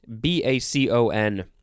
B-A-C-O-N